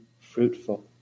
fruitful